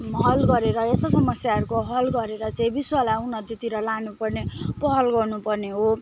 हल गरेर यस्तो समस्याहरूको हल गरेर चाहिँ विश्वलाई उन्नतितिर लानुपर्ने पहल गर्नुपर्ने हो